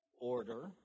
order